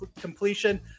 completion